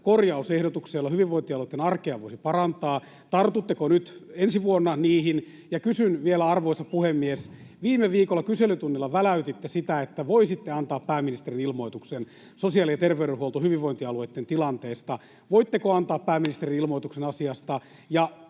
korjausehdotuksia, joilla hyvinvointialueitten arkea voisi parantaa. Tartutteko nyt ensi vuonna niihin? Arvoisa puhemies! Kysyn vielä: Viime viikolla kyselytunnilla väläytitte sitä, että voisitte antaa pääministerin ilmoituksen sosiaali- ja terveydenhuollosta, hyvinvointialueitten tilanteesta. Voitteko antaa, pääministeri, [Puhemies